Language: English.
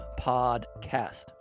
podcast